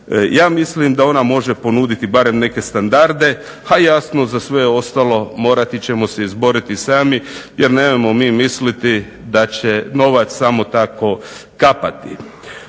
Ja mislim da ona može ponuditi barem neke standarde, a jasno za sve ostalo morati ćemo se izboriti sami, jer nemojmo mi misliti da će novac samo tako kapati.